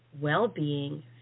well-being